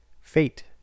Fate